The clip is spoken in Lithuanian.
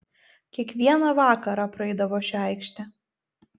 kiekvieną vakarą praeidavo šia aikšte